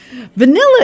vanilla